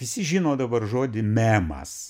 visi žino dabar žodį memas